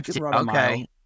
Okay